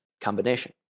combination